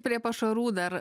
prie pašarų dar